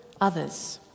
others